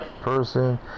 person